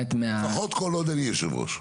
לפחות כל עוד אני יושב ראש.